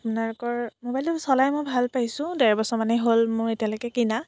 আপোনালোকৰ ম'বাইলটো চলাই মই ভাল পাইছোঁ ডেৰ বছৰমানেই হ'ল মোৰ এতিয়ালৈকে কিনা